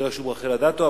לי רשום רחל אדטו,